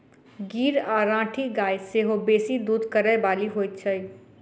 गीर आ राठी गाय सेहो बेसी दूध करय बाली होइत छै